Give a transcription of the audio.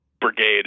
brigade